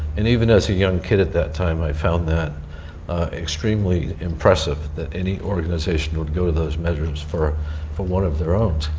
and even as a young kid at that time, i found that extremely impressive that any organization would go those measures for for one of their own.